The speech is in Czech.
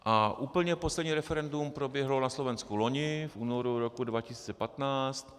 A úplně poslední referendům proběhlo na Slovensku loni, v únoru roku 2015.